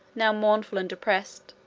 now mournful and depressed.